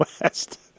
West